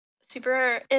Super